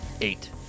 Eight